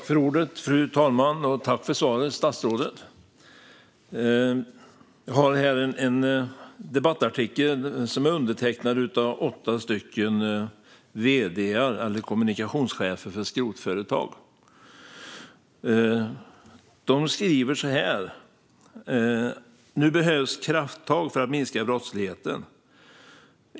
Fru talman! Jag tackar statsrådet för svaren. Jag har här en debattartikel undertecknad av åtta vd:ar eller kommunikationschefer för skrotföretag. De skriver att det nu behövs krafttag för att minska brottsligheten.